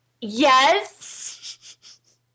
Yes